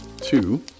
Two